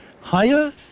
higher